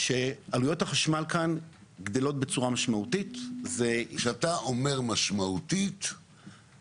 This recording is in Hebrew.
שעלויות החשמל גדלות בצורה משמעותית --- כשאתה אומר משמעותית,